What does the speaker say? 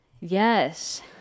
Yes